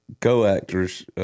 co-actors